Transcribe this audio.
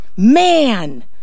man